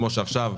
כמו עכשיו,